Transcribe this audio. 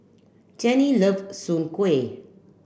Jenni love Soon Kway